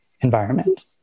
environment